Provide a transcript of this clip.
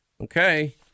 Okay